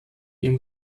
ihren